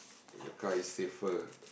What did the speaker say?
your car is safer